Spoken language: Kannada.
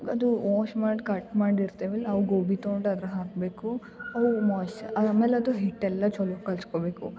ಅದು ವಾಷ್ ಮಾಡಿ ಕಟ್ ಮಾಡಿರ್ತೇವೆ ನಾವು ಗೋಬಿ ತಗೊಂಡ್ ಅದ್ರಾಗೆ ಹಾಕಬೇಕು ಅವು ಮೋಯ್ಚ ಆಮೇಲೆ ಅದು ಹಿಟ್ಟೆಲ್ಲ ಚೊಲೋ ಕಲಸ್ಕೋಬೇಕು